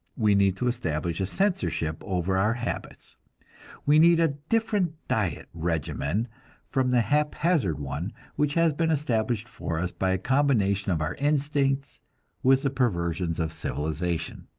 we need to establish a censorship over our habits we need a different diet regimen from the haphazard one which has been established for us by a combination of our instincts with the perversions of civilization.